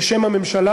בשם הממשלה,